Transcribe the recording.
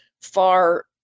far